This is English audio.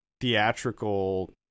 theatrical